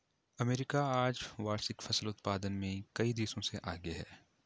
America आज वार्षिक फसल उत्पादन में कई देशों से आगे है